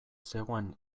zegoen